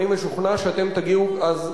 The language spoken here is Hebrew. אני משוכנע שאתם תגיעו אז,